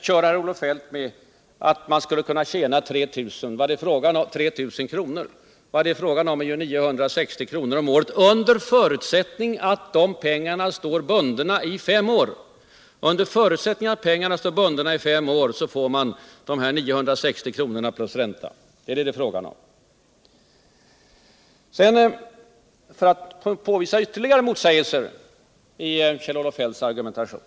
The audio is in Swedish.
Kjell-Olof Feldt påstår att man skulle kunna tjäna 3 000 kr. om året. Men det är fråga om endast 960 kr. Under förutsättning att pengarna står bundna i fem år får man 960 kr. plus upplupen ränta. Jag kan påvisa ytterligare motsägelser i Kjell-Olof Feldts argumentation.